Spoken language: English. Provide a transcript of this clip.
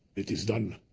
it is done